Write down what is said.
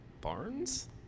Barnes